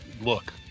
Look